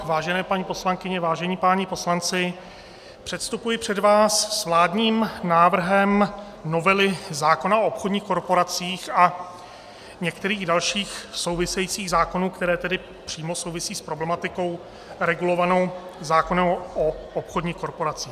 Vážené paní poslankyně, vážení páni poslanci, předstupuji před vás s vládním návrhem novely zákona o obchodních korporacích a některých dalších souvisejících zákonů, které přímo souvisí s problematikou regulovanou zákonem o obchodních korporacích.